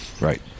Right